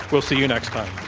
we'll see you next time.